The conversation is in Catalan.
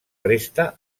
resta